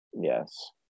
Yes